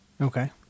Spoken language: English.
Okay